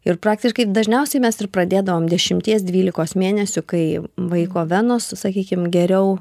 ir praktiškai dažniausiai mes ir pradėdavom dešimties dvylikos mėnesių kai vaiko venos sakykim geriau